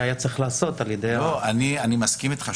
אני מסכים איתך,